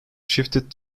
shifted